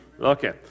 Okay